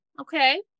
Okay